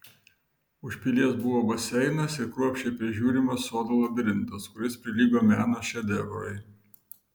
už pilies buvo baseinas ir kruopščiai prižiūrimas sodo labirintas kuris prilygo meno šedevrui